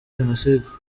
jenoside